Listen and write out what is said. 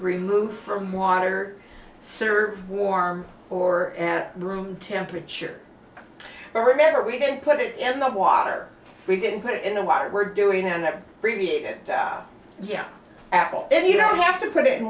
removed from water served warm or at room temperature but remember we didn't put it in the water we didn't put it in the water were doing and then review it yeah apple and you know you have to put it in